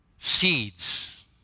seeds